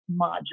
module